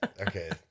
Okay